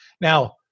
now